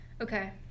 Okay